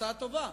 הצעה טובה,